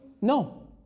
No